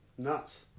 nuts